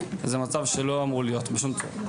זה מצב שלא אמר להיות בשום צורה.